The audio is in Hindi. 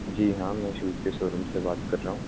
जी हाँ में शूज़ के शोरूम से बात कर रहा हूँ